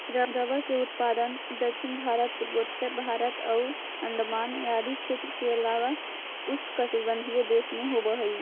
rubber के उत्पादन दक्षिण भारत, पूर्वोत्तर भारत आउ अण्डमान आदि क्षेत्र के अलावा उष्णकटिबंधीय देश में होवऽ हइ